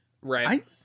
Right